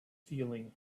feeling